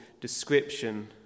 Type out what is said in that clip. description